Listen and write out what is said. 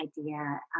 idea